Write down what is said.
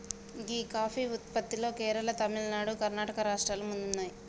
గీ coffee ఉత్పత్తిలో కేరళ, తమిళనాడు, కర్ణాటక రాష్ట్రాలు ముందున్నాయి